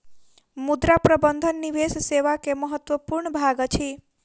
मुद्रा प्रबंधन निवेश सेवा के महत्वपूर्ण भाग अछि